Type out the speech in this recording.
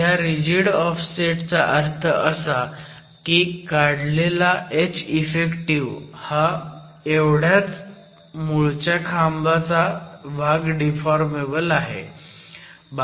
ह्या rigid offset चा अर्थ असा की काढलेला Heff हा एवढाच मूळच्या खांबाचा भाग डिफॉर्मेबल आहे